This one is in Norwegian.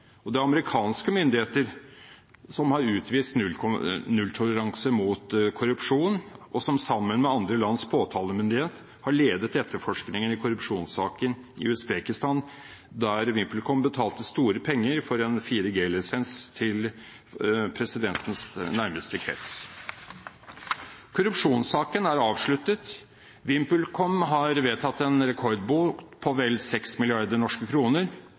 Og det er amerikanske myndigheter som har utvist nulltoleranse mot korrupsjon, og som sammen med andre lands påtalemyndigheter har ledet etterforskningen i korrupsjonssaken i Usbekistan, der VimpelCom betalte store penger for en 4G-lisens til presidentens nærmeste krets. Korrupsjonssaken er avsluttet. VimpelCom har vedtatt en rekordbot på vel 6 mrd. norske kroner